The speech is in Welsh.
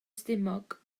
stumog